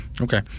Okay